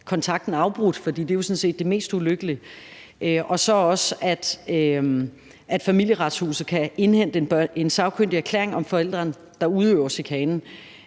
bliver afbrudt, fordi det jo sådan set er det mest ulykkelige, og at Familieretshuset kan indhente en sagkyndig erklæring om forælderen, der udøver chikanen.